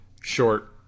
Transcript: short